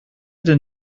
den